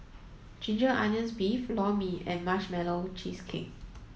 ginger onions beef Lor Mee and marshmallow cheesecake